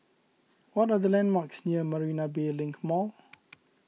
what are the landmarks near Marina Bay Link Mall